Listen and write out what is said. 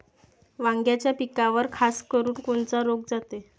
वांग्याच्या पिकावर खासकरुन कोनचा रोग जाते?